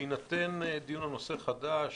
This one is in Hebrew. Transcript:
בהינתן דיון על נושא חדש,